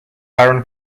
barron